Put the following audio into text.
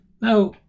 Now